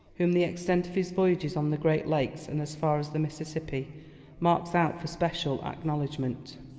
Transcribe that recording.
whom the extent of his voyages on the great lakes and as far as the mississippi marks out for special acknowledgment.